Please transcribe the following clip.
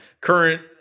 current